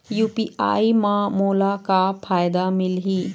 UPI म मोला का फायदा मिलही?